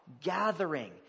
gathering